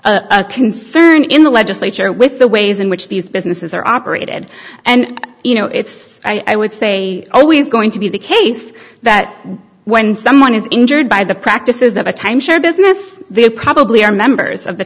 a concern in the legislature with the ways in which these businesses are operated and you know it's i would say always going to be the case that when someone is injured by the practices of a timeshare business they probably are members of the